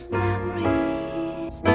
memories